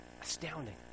Astounding